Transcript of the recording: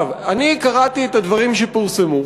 אני קראתי את הדברים שפורסמו.